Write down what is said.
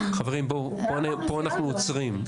חברים, פה אנחנו עוצרים.